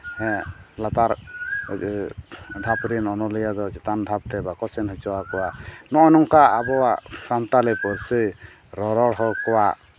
ᱦᱮᱸ ᱞᱟᱛᱟᱨ ᱫᱷᱟᱯ ᱨᱮᱱ ᱚᱱᱚᱞᱤᱭᱟᱹ ᱫᱚ ᱪᱮᱛᱟᱱ ᱫᱷᱟᱯ ᱛᱮ ᱵᱟᱠᱚ ᱥᱮᱱ ᱦᱚᱪᱚᱣᱟᱠᱚᱣᱟ ᱱᱚᱜᱼᱚ ᱱᱚᱝᱠᱟ ᱟᱵᱚᱣᱟᱜ ᱥᱟᱱᱛᱟᱞᱤ ᱯᱟᱹᱨᱥᱤ ᱨᱚᱼᱨᱚᱲ ᱦᱚᱲ ᱠᱚᱣᱟᱜ